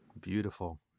Beautiful